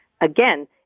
Again